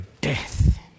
death